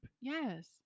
Yes